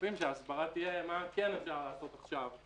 מצפים שההסברה תהיה מה כן אפשר לעשות עכשיו,